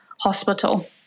Hospital